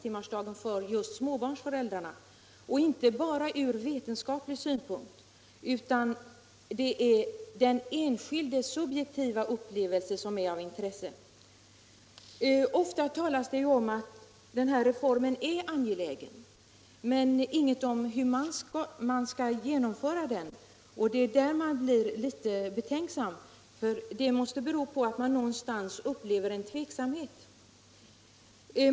Att resultatet för just småbarnsföräldrarna är intressant gäller inte bara ur vetenskaplig synpunkt, utan den enskildes subjektiva uppfattning är också av betydelse. Ofta talas det om att denna reform är angelägen men det sägs ingenting om hur man skall genomföra den. Det måste bero på att man någonstans upplever en tveksamhet.